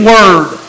Word